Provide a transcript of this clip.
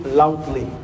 loudly